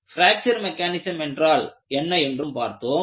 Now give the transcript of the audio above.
fracture mechanism என்றால் என்ன என்றும் பார்த்தோம்